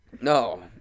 No